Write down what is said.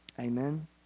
Amen